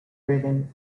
britain